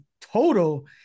total